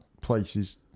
places